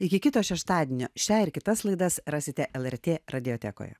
iki kito šeštadienio šią ir kitas laidas rasite lrt radijotekoje